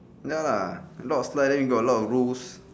ya lah a lot of slide then got a lot of rules